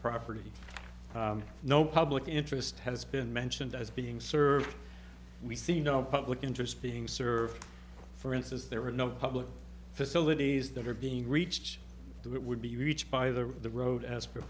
property no public interest has been mentioned as being served we see no public interest being served for instance there were no public facilities that are being reached that would be reached by the road as